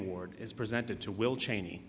award is presented to will cheney